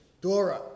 Dora